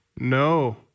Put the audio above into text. No